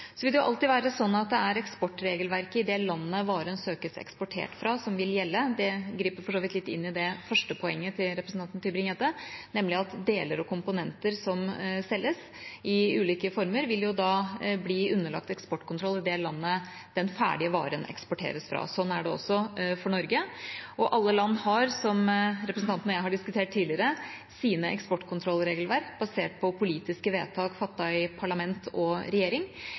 Det vil alltid være sånn at det er eksportregelverket i det landet varen søkes eksportert fra, som vil gjelde. Det griper for så vidt litt inn i det første poenget til representanten Tybring-Gjedde, nemlig at deler og komponenter som selges i ulike former, vil bli underlagt eksportkontroll i det landet den ferdige varen eksporteres fra. Sånn er det også for Norge. Alle land har, som representanten og jeg har diskutert tidligere, sine eksportkontrollregelverk, basert på politiske vedtak fattet i parlament og regjering.